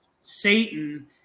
Satan